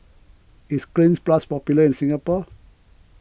is Cleanz Plus popular in Singapore